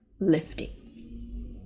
lifting